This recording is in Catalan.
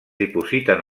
dipositen